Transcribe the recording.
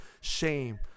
shame